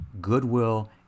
goodwill